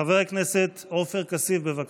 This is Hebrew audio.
חבר הכנסת עופר כסיף, בבקשה.